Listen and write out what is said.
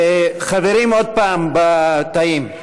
חברים, עוד פעם, בתאים,